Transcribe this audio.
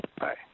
Bye